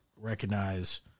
recognize